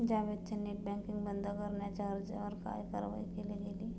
जावेदच्या net banking बंद करण्याच्या अर्जावर काय कारवाई केली गेली?